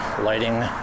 lighting